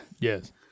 Yes